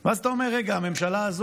ואז אתה אומר: רגע, הממשלה הזאת,